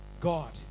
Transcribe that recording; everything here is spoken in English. God